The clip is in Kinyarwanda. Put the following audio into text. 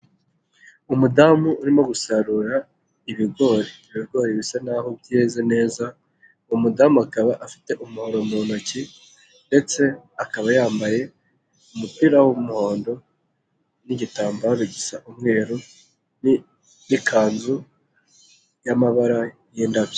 Umudamu urimo gusarura ibigori, ibigori bisa naho byeze neza umudamu akaba afite umuhoro mu ntoki ndetse akaba yambaye umupira w'umuhondo n'igitambaro gisa umweru n'ikanzu y'amabara y'indabyo.